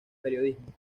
periodismo